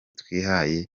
twihaye